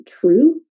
true